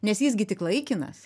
nes jis gi tik laikinas